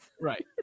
Right